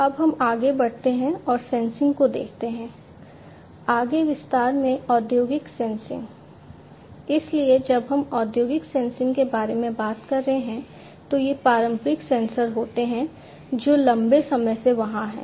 अब हम आगे बढ़ते हैं और सेंसिंग के बारे में बात करते हैं तो ये पारंपरिक सेंसर होते हैं जो लंबे समय से वहां हैं